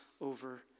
over